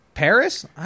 Paris